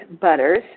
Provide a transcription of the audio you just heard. butters